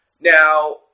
Now